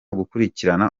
gukurikirana